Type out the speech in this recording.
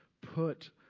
put